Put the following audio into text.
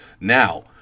Now